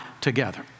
together